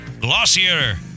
Glossier